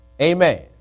Amen